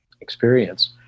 experience